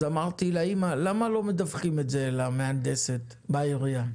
אז אמרתי לאימא: למה לא מדווחים למהנדסת בעירייה?